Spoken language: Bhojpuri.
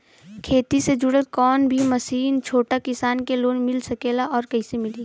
खेती से जुड़ल कौन भी मशीन छोटा किसान के लोन मिल सकेला और कइसे मिली?